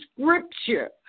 scripture